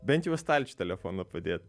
bent jau į stalčių telefoną padėt